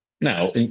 Now